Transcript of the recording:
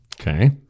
Okay